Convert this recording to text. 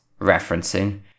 referencing